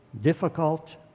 difficult